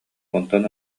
онтон